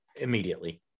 immediately